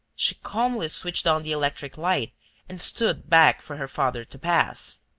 she calmly switched on the electric light and stood back for her father to pass.